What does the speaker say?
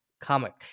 comic